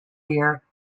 gear